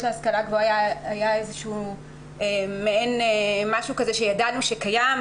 להשכלה גבוהה היה מעין משהו שידענו שקיים,